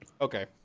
Okay